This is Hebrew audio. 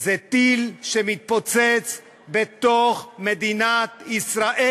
זה טיל שמתפוצץ בתוך מדינת ישראל.